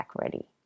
ready